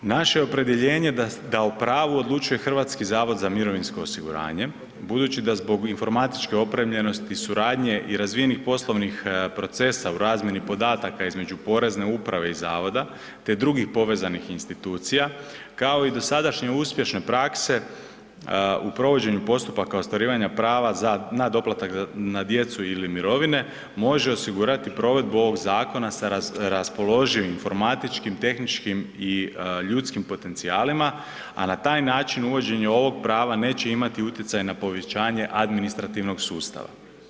Naše opredjeljenje da o pravu odlučuje HZMO, budući da zbog informatičke opremljenosti, suradnje i razvijenih poslovnih procesa u razmjeni podataka između Porezne uprave i zavoda te drugih povezanih institucija, kao i dosadašnje uspješne prakse u provođenju postupaka ostvarivanja prava na doplatak za djecu ili mirovine, može osigurati provedbu ovog zakona sa raspoloživim informatičkim, tehničkim i ljudskim potencijalima, a na taj način uvođenje ovog prava neće imati utjecaj na povećanje administrativnog sustava.